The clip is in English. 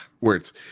words